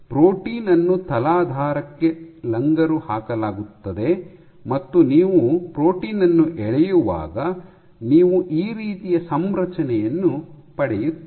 protein ಅನ್ನು ತಲಾಧಾರಕ್ಕೆ ಲಂಗರು ಹಾಕಲಾಗುತ್ತದೆ ಮತ್ತು ನೀವು ಪ್ರೋಟೀನ್ ಅನ್ನು ಎಳೆಯುವಾಗ ನೀವು ಈ ರೀತಿಯ ಸಂರಚನೆಯನ್ನು ಪಡೆಯುತ್ತೀರಿ